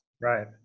Right